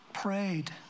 Prayed